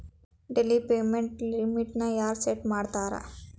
daily payment ಲಿಮಿಟ್ನ ಯಾರ್ set ಮಾಡ್ತಾರಾ